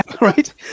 Right